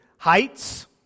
Heights